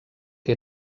que